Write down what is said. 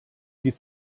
die